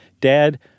Dad